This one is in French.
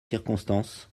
circonstances